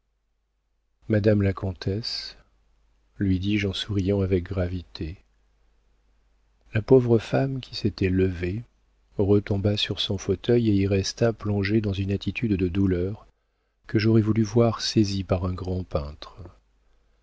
madame la comtesse lui dis-je en souriant avec gravité la pauvre femme qui s'était levée retomba sur son fauteuil et y resta plongée dans une attitude de douleur que j'aurais voulu voir saisie par un grand peintre